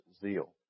zeal